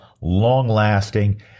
long-lasting